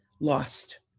lost